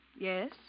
Yes